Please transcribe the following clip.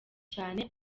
cyane